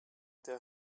their